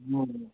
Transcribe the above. হুম হুম